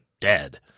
dead